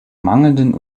mangelnden